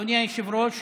אדוני היושב-ראש,